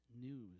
news